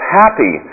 happy